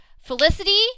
Felicity